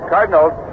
Cardinals